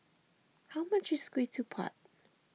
how much is Ketupat